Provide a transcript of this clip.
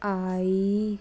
I